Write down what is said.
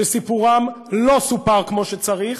שסיפורם לא סופר, לא היה צריך